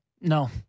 No